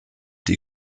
die